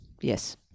Yes